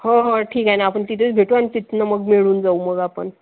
हो हो ठीक आहे ना आपण तिथेच भेटू आणि तिथनं मग मिळून जाऊ मग आपण